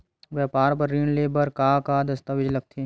व्यापार बर ऋण ले बर का का दस्तावेज लगथे?